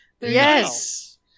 Yes